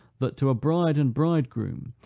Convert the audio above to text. that to a bride and bridegroom,